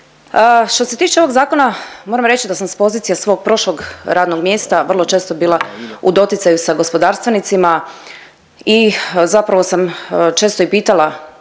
Što se tiče ovog zakona, moram reći da sam s pozicije svog prošlog radnog mjesta vrlo često bila u doticaju sa gospodarstvenicima i zapravo sam često i pitala